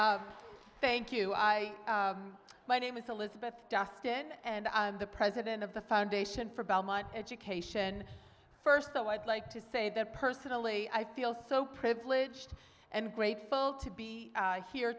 quiet thank you i my name is elizabeth justin and the president of the foundation for belmont education first though i'd like to say that personally i feel so privileged and grateful to be here